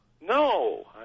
No